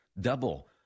Double